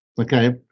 Okay